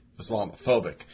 Islamophobic